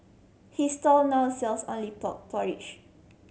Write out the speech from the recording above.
his stall now sells only pork porridge